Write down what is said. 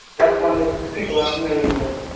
that's one that people are familiar with.